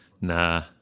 Nah